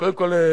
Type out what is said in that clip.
קודם כול,